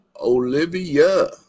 Olivia